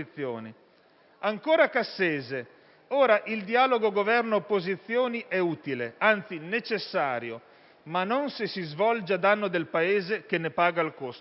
Ancora Cassese: «Ora, il dialogo Governo e opposizioni è utile, anzi necessario, ma non se si svolge a danno del Paese, che ne paga il costo».